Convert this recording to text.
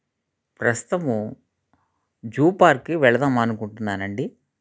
ప్రస్తుతము జూ పార్క్కి వెళ్దామనుకుంటున్నానండి